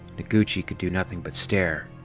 noguchi could do nothing but stare.